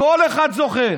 כל אחד זוכה.